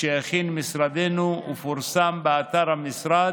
שהכין משרדנו ופורסם באתר המשרד,